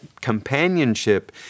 companionship